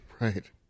Right